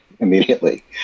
immediately